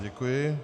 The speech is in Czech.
Děkuji.